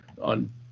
on